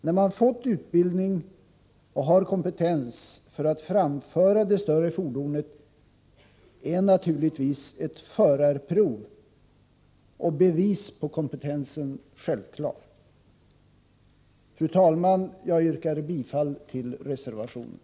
När man har fått utbildning och har kompetens för att framföra det större fordonet är naturligtvis ett förarprov och ett bevis om kompetensen självklara. Fru talman! Jag yrkar bifall till reservationen.